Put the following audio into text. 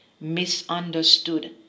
misunderstood